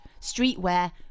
Streetwear